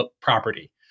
property